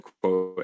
quote